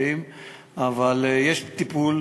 אני אומר את זה,